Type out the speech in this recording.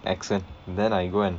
accent then I go and